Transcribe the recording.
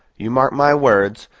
you mark my words,